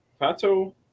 Pato